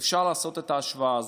אפשר לעשות את ההשוואה הזאת.